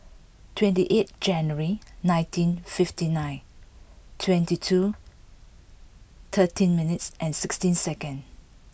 twenty eight January nineteen fifty nine twenty two thirteen minutes and sixteen second